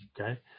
Okay